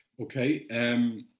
Okay